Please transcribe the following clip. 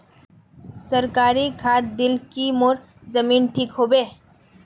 सरकारी खाद दिल की मोर जमीन ठीक होबे?